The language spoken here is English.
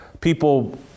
People